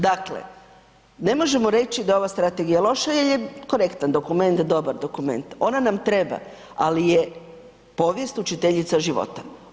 Dakle, ne možemo reći da je ova strategija loša jer je korektan dokument, dobar dokument, ona nam treba, ali je povijest učiteljica života.